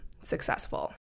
successful